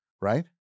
Right